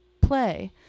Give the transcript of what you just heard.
play